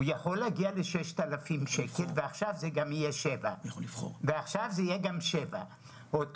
הוא יכול להגיע על-6,000 שקלים ועכשיו הסכום יהיה 7,000 שקלים.